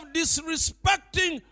disrespecting